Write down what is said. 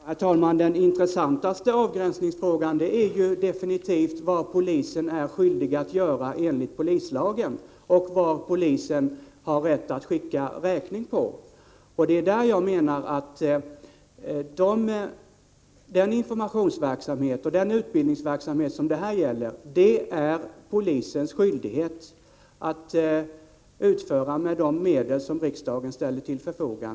Herr talman! Den intressantaste avgränsningsfrågan är definitivt vad polisen är skyldig att göra enligt polislagen och vad polisen har rätt att skicka räkning på. Jag menar att det är polisens skyldighet att, med de medel som riksdagen ställer till förfogande, sköta den informationsverksamhet och den utbildningsverksamhet som det här handlar om.